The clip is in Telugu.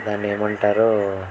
దాన్నేమంటారో